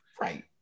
right